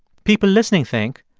people listening think,